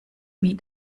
wie